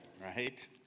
right